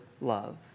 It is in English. love